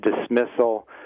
dismissal